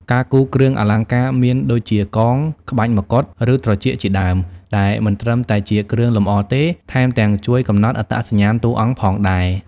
ការគូរគ្រឿងអលង្ការមាន ដូចជាកង ក្បាច់ម្កុដ ឬត្រចៀកជាដើម ដែលមិនត្រឹមតែជាគ្រឿងលម្អទេ ថែមទាំងជួយកំណត់អត្តសញ្ញាណតួអង្គផងដែរ។